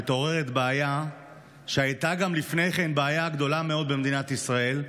מתעוררת בעיה שהייתה גם לפני כן בעיה גדולה מאוד במדינת ישראל,